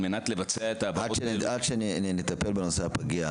מנת לבצע --- עד שנטפל בנושא הפגייה,